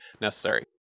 necessary